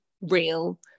real